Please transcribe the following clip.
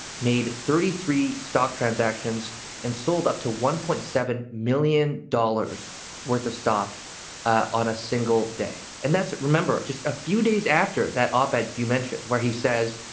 made thirty three stock transactions and sold up to one point seven million dollars worth of stock ah on a single day. and that's, remember, just a few days after that op ed you mentioned where he says,